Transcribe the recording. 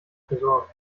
tresor